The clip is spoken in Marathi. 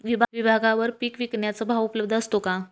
विभागवार पीक विकण्याचा भाव उपलब्ध असतो का?